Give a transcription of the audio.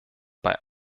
bei